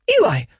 Eli